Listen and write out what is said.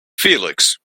felix